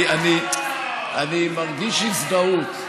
אני מרגיש הזדהות,